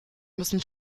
müssen